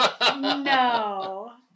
No